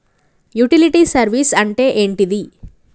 Utility service అంటే ఏంటిది?